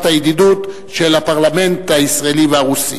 הידידות של הפרלמנט הישראלי והפרלמנט הרוסי.